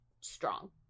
strong